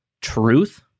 Truth